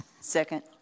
Second